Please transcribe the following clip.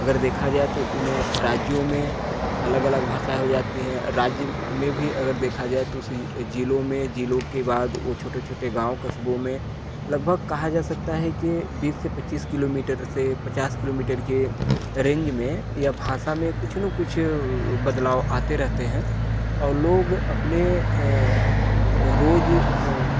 अगर देखा जाए तो उन राज्यों में अलग अलग भाषा हो जाती है राज्य में भी अगर देखा जाए तो उस जिलों में जिलों के बाद व छोटे छोटे गाँव कस्बों में लगभग कहा जा सकता है कि बीस से पच्चीस किलोमीटर से पचास किलोमीटर के रेंज में या भाषा में कुछ न कुछ अ बदलाव आते रहते हैं और लोग अपने अ रोज